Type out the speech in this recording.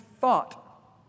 thought